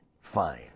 fine